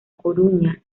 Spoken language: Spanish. coruña